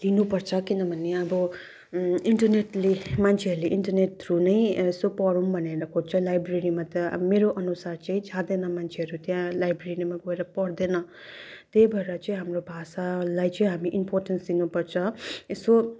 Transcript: लिनुपर्छ किनभने अब इन्टरनेटले मान्छेहरूले इन्टरनेट थ्रू नै यसो पढौँ भनेर खोज्छ लाइब्रेरीमा त मेरोअनुसार चाहिँ जाँदैन मान्छेहरू त्यहाँ लाइब्रेरीमा गएर पढ्दैन त्यही भएर चाहिँ हाम्रो भाषालाई चाहिँ इन्पोर्टेन्स दिनुपर्छ यसो